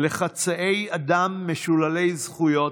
לחצאי אדם משוללי זכויות,